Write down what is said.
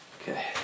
Okay